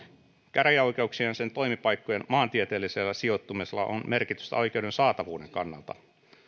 käräjäoikeuksien ja sen toimipaikkojen maantieteellisellä sijoittumisella on merkitystä oikeuden saatavuuden kannalta